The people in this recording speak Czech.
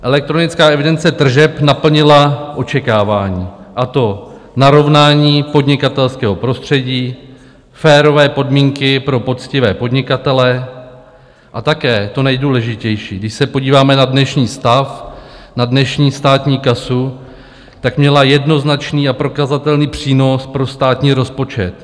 Elektronická evidence tržeb naplnila očekávání, a to narovnání podnikatelského prostředí, férové podmínky pro poctivé podnikatele a také to nejdůležitější když se podíváme na dnešní stav, na dnešní státní kasu, tak měla jednoznačný a prokazatelný přínos pro státní rozpočet.